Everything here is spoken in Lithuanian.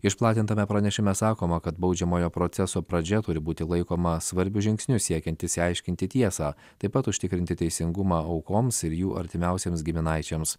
išplatintame pranešime sakoma kad baudžiamojo proceso pradžia turi būti laikoma svarbiu žingsniu siekiant išsiaiškinti tiesą taip pat užtikrinti teisingumą aukoms ir jų artimiausiems giminaičiams